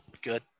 Good